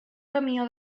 camió